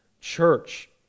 church